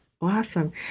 Awesome